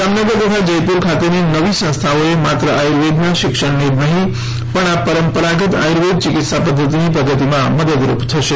જામનગર તથા જયપુર ખાતેની નવી સંસ્થાઓ એ માત્ર આર્યુર્વેદનાં શિક્ષણને જ નહિં પણ આ પરંપરાગત આર્યુર્વેદ ચિકિત્સા પધ્ધતિની પ્રગતિમાં મદદરૂપ થશે